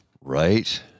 right